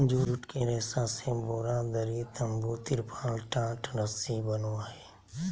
जुट के रेशा से बोरा, दरी, तम्बू, तिरपाल, टाट, रस्सी बनो हइ